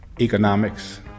economics